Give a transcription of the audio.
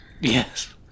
Yes